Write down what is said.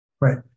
Right